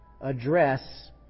address